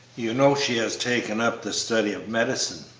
you know she has taken up the study of medicine?